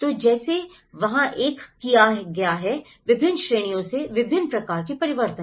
तो जैसे वहाँ एक किया गया है विभिन्न श्रेणियों से विभिन्न प्रकार के परिवर्तन